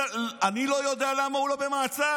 אני לא יודע למה הוא לא במעצר.